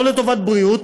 לא לטובת בריאות,